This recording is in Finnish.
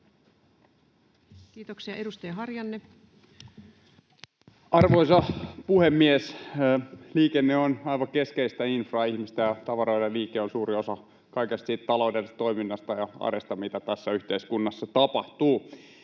Time: 16:44 Content: Arvoisa puhemies! Liikenne on aivan keskeistä infraa: ihmisten ja tavaroiden liike on suuri osa kaikesta siitä taloudellisesta toiminnasta ja arjesta, mitä tässä yhteiskunnassa tapahtuu.